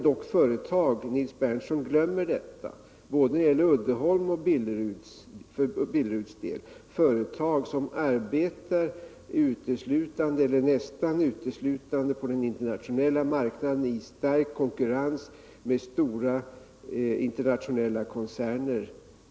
Nils Berndtson glömmer när det gäller både Uddeholm och Billerud att det handlar om företag som arbetar nästan uteslutande på den internationella marknaden i stark konkurrens med stora internationella koncerner.